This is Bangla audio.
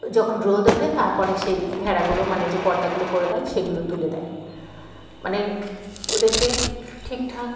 যখন রোদ ওঠে তারপরে সেই ভেড়াগুলো মানে যে পর্দাগুলো করে দেয় সেগুলো তুলে দেয় মানে ওদেরকে ঠিকঠাক